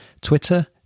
Twitter